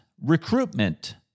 Recruitment